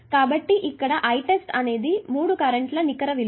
కాబట్టి ఇక్కడ I test అనేది ఈ 3 కరెంట్ ల నికర విలువ